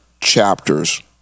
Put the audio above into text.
chapters